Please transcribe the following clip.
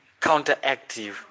counteractive